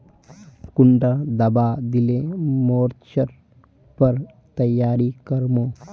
कुंडा दाबा दिले मोर्चे पर तैयारी कर मो?